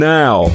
now